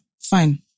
fine